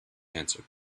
answered